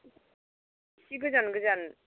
एसे गोजान गोजान